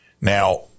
Now